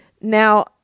Now